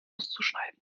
auszuschneiden